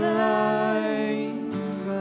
life